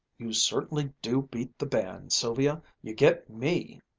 you certainly do beat the band, sylvia. you get me!